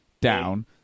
down